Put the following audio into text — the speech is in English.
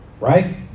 Right